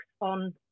on